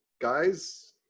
guys